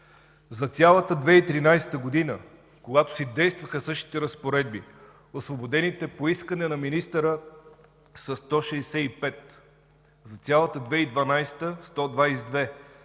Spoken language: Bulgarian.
За цялата 2013 г., когато действаха същите разпоредби, освободените по искане на министъра, са 165. За цялата 2012 г.